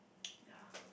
ya